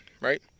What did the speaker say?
right